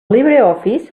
libreoffice